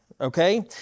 Okay